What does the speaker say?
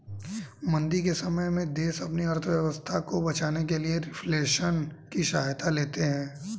मंदी के समय में देश अपनी अर्थव्यवस्था को बचाने के लिए रिफ्लेशन की सहायता लेते हैं